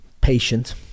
patient